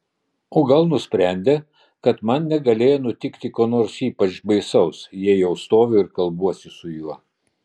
o gal nusprendė kad man negalėjo nutikti ko nors ypač baisaus jei jau stoviu ir kalbuosi su juo